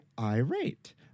irate